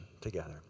together